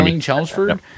Chelmsford